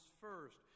first